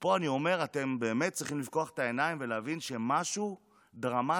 פה אני אומר: אתם באמת צריכים לפקוח את העיניים ולהבין שמשהו דרמטי